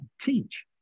teach